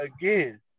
again